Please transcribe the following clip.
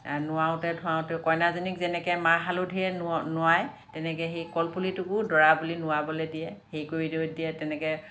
নোৱাওঁতে ধূৱাওঁতে কইনাজনীক যেনেকৈ মাহ হালধীৰে নোৱায় তেনেকৈ সেই কল পুলিটোকো দৰা বুলি নোৱাবলৈ দিয়ে সেই কৰি দিয়ে তেনেকৈ